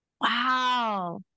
Wow